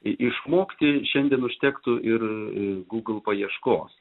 išmokti šiandien užtektų ir gūgl paieškos